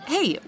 Hey